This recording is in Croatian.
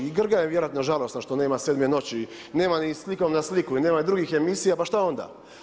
I Grga je vjerojatno žalostan što nema Sedme noći, nema ni Slikom na sliku i nema drugih emisija pa šta onda.